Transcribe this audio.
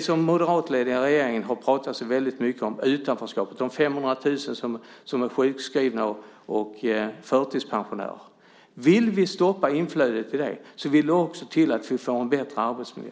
Den moderatledda regeringen har talat så mycket om utanförskapet och de 500 000 som är sjukskrivna och förtidspensionärer. Vill vi stoppa inflödet till det vill det också till att vi får en bättre arbetsmiljö.